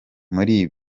muri